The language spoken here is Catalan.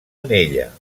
anella